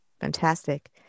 Fantastic